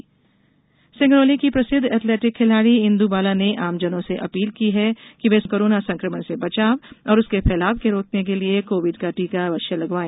जन आंदोलन सिंगरौली की प्रसिद्ध एथलेटिक खिलाड़ी इंद् बाला ने आमजनों से अपील की है कि वे कोविड संकमण से बचाव और उसके फैलाव को रोकने के लिये कोविड का टीका लगवाए